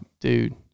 dude